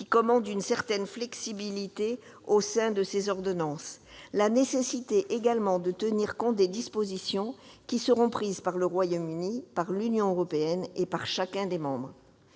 -qui commandent une certaine flexibilité au sein de ces ordonnances, la nécessité également de tenir compte des dispositions qui seront prises par le Royaume-Uni, par l'Union européenne et par chacun des États membres.